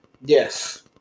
Yes